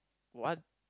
what